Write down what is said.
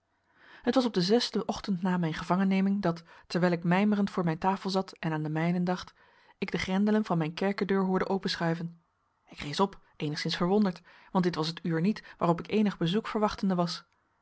het was op den zesden ochtend na mijn gevangenneming dat terwijl ik mijmerend voor mijn tafel zat en aan de mijnen dacht ik de grendelen van mijn kerkerdeur hoorde openschuiven ik rees op eenigszins verwonderd want dit was het uur niet waarop ik eenig bezoek verwachtende was